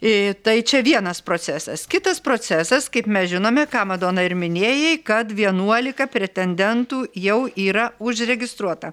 ee tai čia vienas procesas kitas procesas kaip mes žinome ką madona ir minėjai kad vienuolika pretendentų jau yra užregistruota